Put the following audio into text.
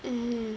mm